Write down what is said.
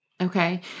Okay